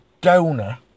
donor